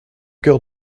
cœur